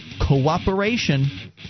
cooperation